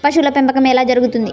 పశువుల పెంపకం ఎలా జరుగుతుంది?